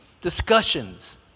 discussions